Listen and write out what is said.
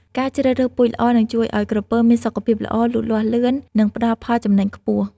ការជ្រើសរើសពូជល្អនឹងជួយឲ្យក្រពើមានសុខភាពល្អ លូតលាស់លឿន និងផ្តល់ផលចំណេញខ្ពស់។